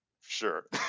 Sure